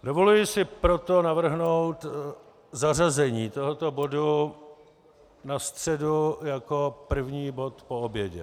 Dovoluji si proto navrhnout zařazení tohoto bodu na středu jako první bod po obědě.